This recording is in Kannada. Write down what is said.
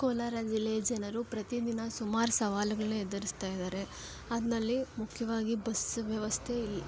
ಕೋಲಾರ ಜಿಲ್ಲೆಯ ಜನರು ಪ್ರತಿದಿನ ಸುಮಾರು ಸವಾಲುಗಳನ್ನ ಎದುರಿಸ್ತಾ ಇದ್ದಾರೆ ಅದ್ರಲ್ಲಿ ಮುಖ್ಯವಾಗಿ ಬಸ್ ವ್ಯವಸ್ಥೆ ಇಲ್ಲ